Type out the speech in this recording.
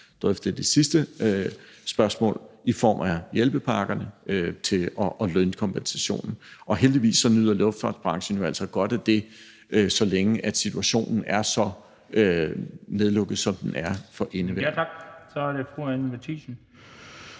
drøftede i det sidste spørgsmål, i form af hjælpepakkerne og lønkompensation. Og heldigvis nyder luftfartsbranchen godt af det, så længe situationen er så nedlukket, som den er for indeværende. Kl. 16:24 Den fg. formand